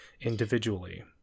individually